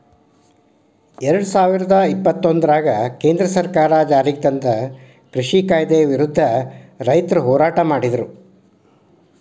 ಎರಡುಸಾವಿರದ ಇಪ್ಪತ್ತೊಂದರಾಗ ಕೇಂದ್ರ ಸರ್ಕಾರ ಜಾರಿಗೆತಂದ ಕೃಷಿ ಕಾಯ್ದೆ ವಿರುದ್ಧ ರೈತರು ಹೋರಾಟ ಮಾಡಿದ್ರು